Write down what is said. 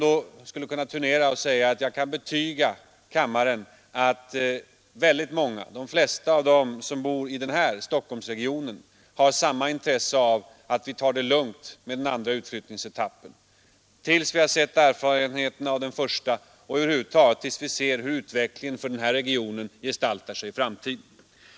Jag skulle kunna turnera med att säga att jag kan betyga kammaren att de flesta av dem som bor i Stockholmsregionen har samma intresse av att vi tar det lugnt med den andra utflyttningsetappen, tills vi har fått erfarenheter av den första och över huvud taget tills vi ser hur utvecklingen för den här regionen gestaltar sig i framtiden.